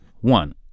One